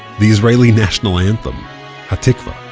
the israeli national anthem ha'tikvah